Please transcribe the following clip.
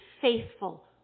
faithful